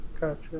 Gotcha